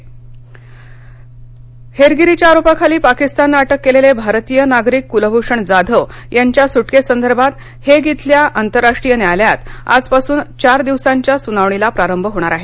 कलभषण जाधव हेरगिरीच्या आरोपाखाली पाकिस्ताननं अटक केलेले भारतीय नागरिक कुलभूषण जाधव यांच्या सुटकेसंदर्भात हेग इथल्या आंतरराष्ट्रीय न्यायालयात आजपासून चार दिवसांच्या सुनावणीला प्रारंभ होणार आहे